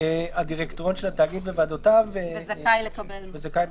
הדירקטוריון של התאגיד וועדותיו וזכאי לקבל כל מידע.